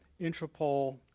Interpol